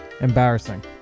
embarrassing